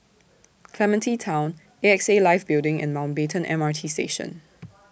Clementi Town A X A Life Building and Mountbatten M R T Station